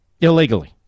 illegally